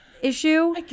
Issue